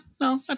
No